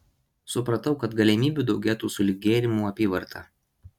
supratau kad galimybių daugėtų sulig gėrimų apyvarta